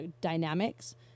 dynamics